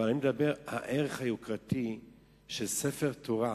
אבל אני מדבר על הערך היוקרתי של ספר תורה.